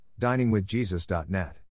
DiningWithJesus.net